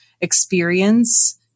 experience